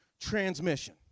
transmission